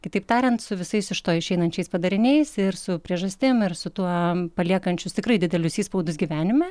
kitaip tariant su visais iš to išeinančiais padariniais ir su priežastim ir su tuo paliekančius tikrai didelius įspaudus gyvenime